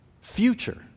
Future